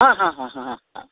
ಹಾಂ ಹಾಂ ಹಾಂ ಹಾಂ ಹಾಂ ಹಾಂ